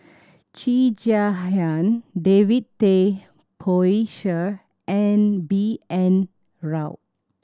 Cheo Chai Hiang David Tay Poey Cher and B N Rao